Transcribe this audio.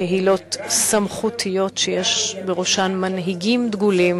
קהילות סמכותיות שיש בראשן מנהיגים דגולים